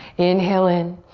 inhale in.